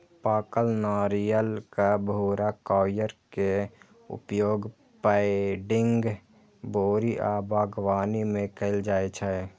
पाकल नारियलक भूरा कॉयर के उपयोग पैडिंग, बोरी आ बागवानी मे कैल जाइ छै